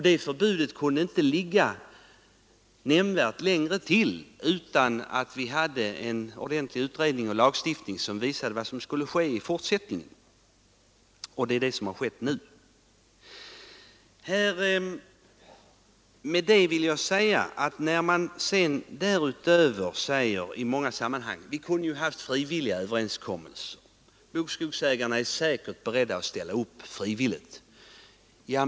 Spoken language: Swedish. Det förbudet kunde inte gälla nämnvärt längre utan att vi hade fått en ordentlig utredning och lagstiftning som visade vad som skulle ske i fortsättningen. Och det är det vi har fått nu. Det har i många sammanhang sagts att vi ju kunde ha träffat frivilliga överenskommelser; bokskogsägarna är säkert beredda att ställa upp frivilligt.